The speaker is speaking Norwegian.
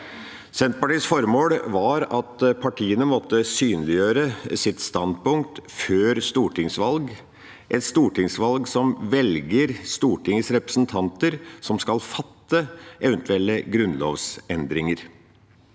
Senterpartiets formål var at partiene måtte synliggjøre sitt standpunkt før et stortingsvalg – et stortingsvalg som velger nettopp de representantene som skal fatte eventuelle grunnlovsendringer.